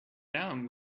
down